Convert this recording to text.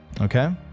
Okay